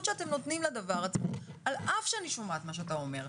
שאתם נותנים לדבר עצמו על אף שאני שומעת מה שאתה אומר,